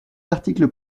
l’article